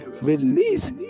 Release